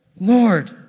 Lord